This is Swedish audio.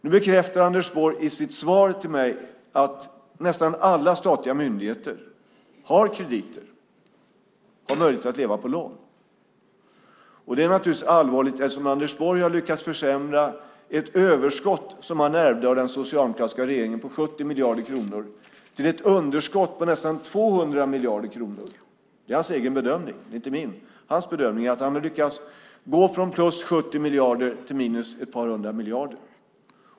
Nu bekräftar Anders Borg i sitt svar till mig att nästan alla statliga myndigheter har krediter och har möjlighet att leva på lån. Det är naturligtvis allvarligt eftersom Anders Borg har lyckats försämra de offentliga finanserna, från ett överskott på 70 miljarder kronor som han ärvde av den socialdemokratiska regeringen till ett underskott på nästan 200 miljarder kronor. Det är hans egen bedömning, inte min. Hans bedömning är att han har lyckats gå från plus 70 miljarder till ett minus på ett par hundra miljarder.